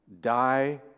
die